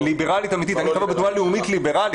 אני חבר בתנועה לאומית ליברלית,